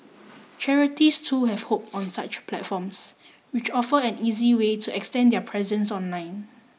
charities too have hopped on such platforms which offer an easy way to extend their presence online